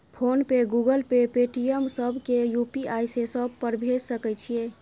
Phone पे, Google Pay, Paytm, सब के UPI से सब पर भेज सके छीयै?